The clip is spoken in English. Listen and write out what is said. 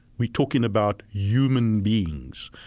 we're talking about human beings.